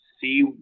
See